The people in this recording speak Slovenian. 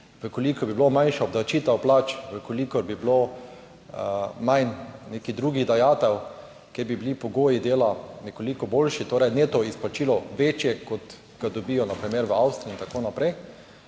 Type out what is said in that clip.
kolikor bi bila manjša obdavčitev plač, v kolikor bi bilo manj nekih drugih dajatev, ker bi bili pogoji dela nekoliko boljši, torej neto izplačilo večje, kot ga dobijo na primer v Avstriji in tako naprej.